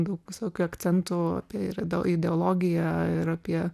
daug visokių akcentų apie ir ide ideologiją ir apie